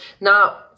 Now